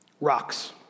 rocks